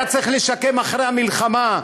היה צריך לשקם אחרי המלחמה.